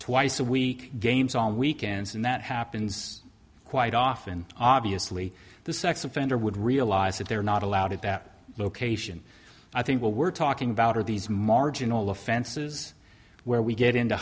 twice a week games on weekends and that happens quite often obviously the sex offender would realize that they're not allowed at that location i think what we're talking about are these marginal offenses where we get into